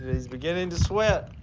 he's beginning to sweat,